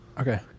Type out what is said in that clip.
okay